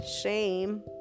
shame